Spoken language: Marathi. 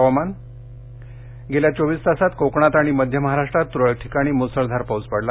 हवामान गेल्या चोवीस तासांत कोकणांत आणि मध्य महाराष्ट्रात तुरळक ठिकाणी मुसळधार पाऊस पडला